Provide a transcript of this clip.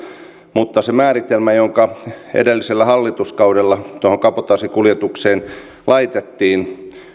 mutta se määritelmä joka edellisellä hallituskaudella tuohon kabotaasikuljetukseen laitettiin